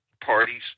parties